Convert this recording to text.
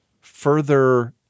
further